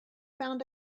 found